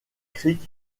cricq